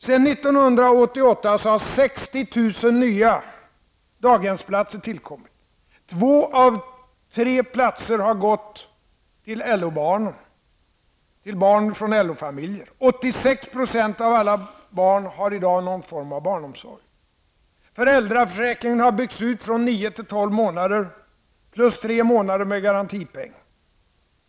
Sedan 1988 har 60 000 nya daghemsplatser tillkommit. Två av tre platser har gått till barn från LO-familjer. 86 % av alla barn har i dag någon form av barnomsorg. Föräldraförsäkringen har byggts ut från nio till tolv månader, plus tre månader med garantipeng.